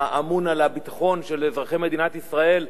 האמון על הביטחון של אזרחי מדינת ישראל,